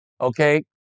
okay